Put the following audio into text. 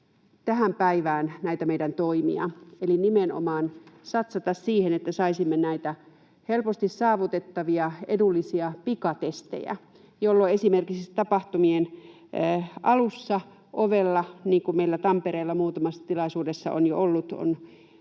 tähän päivään näitä meidän toimiamme eli nimenomaan satsata siihen, että saisimme näitä helposti saavutettavia, edullisia pikatestejä, jolloin esimerkiksi tapahtumien alussa ovella, niin kuin meillä Tampereella muutamassa tilaisuudessa on jo ollut,